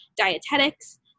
dietetics